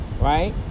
Right